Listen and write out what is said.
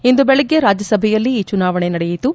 ಇಂದು ಬೆಳಗ್ಗೆ ರಾಜ್ಯಸಭೆಯಲ್ಲಿ ಈ ಚುನಾವಣೆ ನಡೆಯಿತು